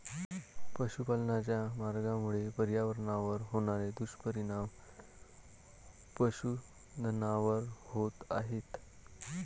पशुपालनाच्या मार्गामुळे पर्यावरणावर होणारे दुष्परिणाम पशुधनावर होत आहेत